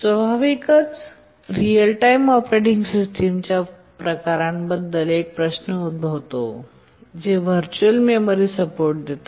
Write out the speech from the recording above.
स्वाभाविकच real time operating सिस्टमच्या प्रकारांबद्दल एक प्रश्न उद्भवतो जे व्हरचूअल मेमरीला सपोर्ट देतात